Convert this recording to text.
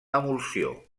emulsió